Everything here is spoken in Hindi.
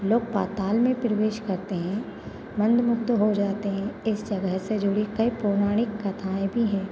लोग पाताल में प्रवेश करते हैं मंत्र मुग्ध हो जाते हैं इस जगह से जुड़ी कई पौराणिक कथाएँ भी हैं